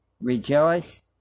Rejoice